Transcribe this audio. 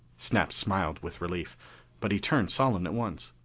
snap smiled with relief but he turned solemn at once.